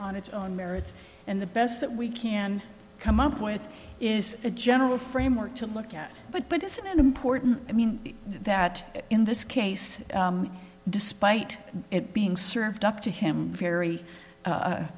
on its own merits and the best that we can come up with is a general framework to look at but it's an important i mean that in this case despite it being served up to him very